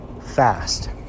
fast